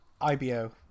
IBO